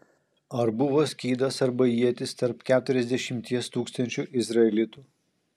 ar buvo skydas arba ietis tarp keturiasdešimties tūkstančių izraelitų